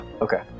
Okay